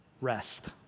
rest